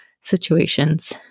situations